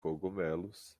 cogumelos